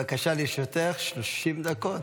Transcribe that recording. בבקשה, לרשותך 30 דקות.